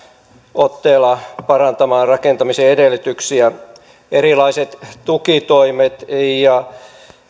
otteella parantamaan rakentamisen edellytyksiä erilaiset tukitoimet ja